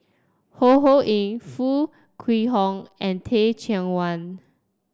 Ho Ho Ying Foo Kwee Horng and Teh Cheang Wan